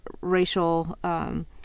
racial